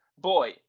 boy